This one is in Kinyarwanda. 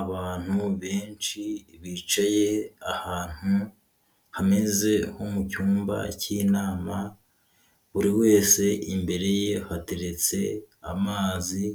Abantu benshi bicaye ahantu hameze nko mu cyumba k'inama, buri wese imbere ye hateretse amazi,